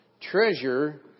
treasure